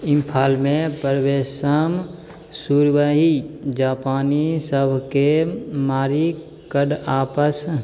इम्फालमे प्रवेशन शूरबही जापानी सबके मारिकऽ आपस